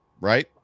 right